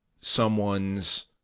someone's